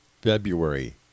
February